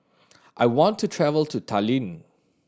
I want to travel to Tallinn